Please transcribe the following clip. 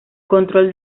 control